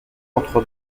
entre